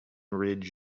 ridge